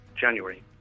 January